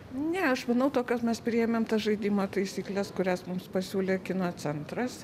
ne aš manau kad mes priėmėm tas žaidimo taisykles kurias mums pasiūlė kino centras